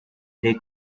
they